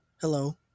Hello